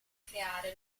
creare